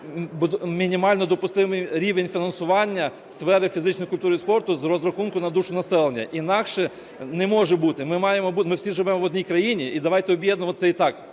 мінімально допустимий рівень фінансування сфери фізичної культури і спорту з розрахунку на душу населення. Інакше не може бути, ми всі живемо в одній країні, і давайте об'єднуватися і так,